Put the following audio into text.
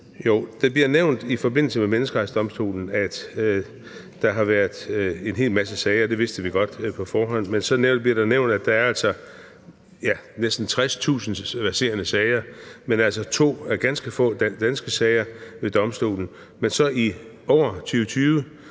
Det bliver i forbindelse med Menneskerettighedsdomstolen nævnt, at der har været en hel masse sager, og det vidste vi godt på forhånd. Men så bliver det nævnt, at der altså er næsten 60.000 verserende sager, men altså to – ganske få – danske sager ved domstolen. Men så i år, i 2020,